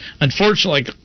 unfortunately